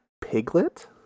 Piglet